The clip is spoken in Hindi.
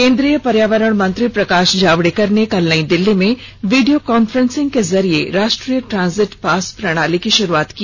केंद्रीय पर्यावरण मंत्री प्रकाश जावड़ेकर ने कल नई दिल्ली में वीडियो कॉफ्रेंसिंग के जरिए राष्ट्रीय ट्रांजिट पास प्रणाली की शुरूआत की